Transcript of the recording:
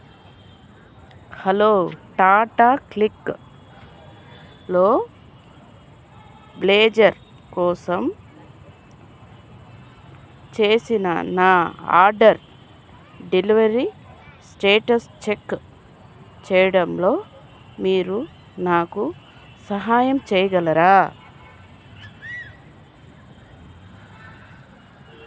hello Tata క్లిక్లో blazer కోసం చేసిన నా ఆర్డర్ డెలివరీ స్టేటస్ చెక్ చేయడంలో మీరు నాకు సహాయం చేయగలరా